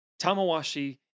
Tamawashi